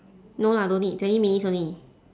no lah don't need twenty minutes only